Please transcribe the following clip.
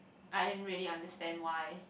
I didn't really understand why